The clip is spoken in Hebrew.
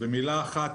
במילה אחת,